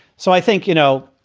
so i think, you know,